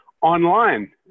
online